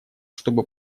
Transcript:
чтобы